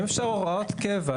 אם אפשר הוראות קבע,